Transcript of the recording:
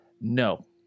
No